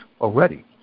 already